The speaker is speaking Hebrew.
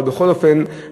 אבל בכל אופן,